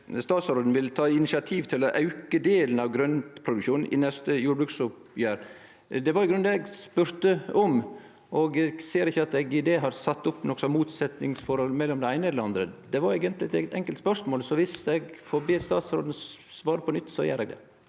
statsråden vil ta initiativ til å auke delen av grøntproduksjon i neste jordbruksoppgjer. Det var i grunnen det eg spurde om, og eg ser ikkje at eg i det har sett opp noko slags motsetningsforhold mellom det eine eller det andre. Det var eigentleg eit enkelt spørsmål, så viss eg får be statsråden svare på nytt, gjer eg det.